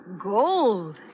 Gold